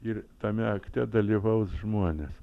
ir tame akte dalyvaus žmonės